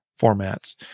formats